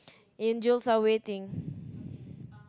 angels are waiting